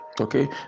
okay